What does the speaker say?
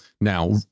Now